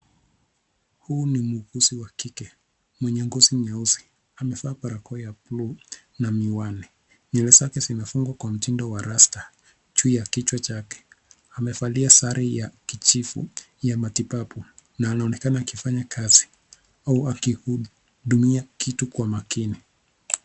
Huu ni mwuguzi wa kike mwenye ngozi nyeusi amevaa barakoa ya bluu na miwani. Nywele zake zimefungwa kwa mtindo wa rasta juu ya kichwa chake, amevalia sare ya kijivu ya matibabu na anaonekana akifanya kazi au akihudumia kitu kwa makini.